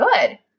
good